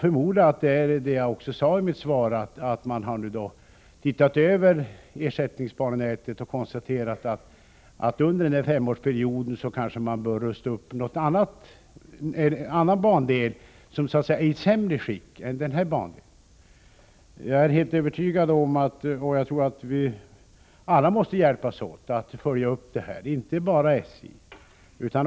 Som jag också sade i mitt svar, förmodar jag att man har sett över ersättningsbanenätet och konstaterat att man under femårsperioden bör rusta upp någon annan bandel, som är i sämre skick. Jag är övertygad om att vi alla måste hjälpas åt att följa upp det här, inte bara SJ.